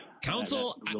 Council